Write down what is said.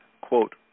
quote